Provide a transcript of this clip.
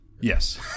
Yes